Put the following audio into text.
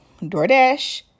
DoorDash